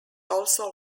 also